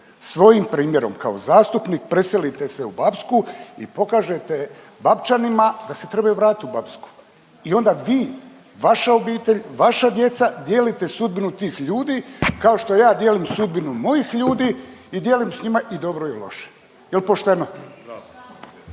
Svojim primjerom kao zastupnik preselite se u Bapsku i pokažete Bapčanima da se trebaju vratiti u Bapsku. I onda vi, vaša obitelj, vaša djeca dijelite sudbinu tih ljudi kao što ja dijelim sudbinu mojih ljudi i dijelim sa njima i dobro i loše. Jel' pošteno?